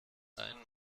einen